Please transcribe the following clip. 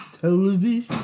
television